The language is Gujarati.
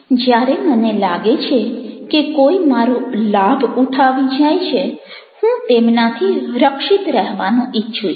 જ્યારે મને લાગે છે કે કોઈ મારો લાભ ઉઠાવી જાય છે હું તેમનાથી રક્ષિત રહેવાનું ઈચ્છું છું